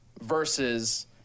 versus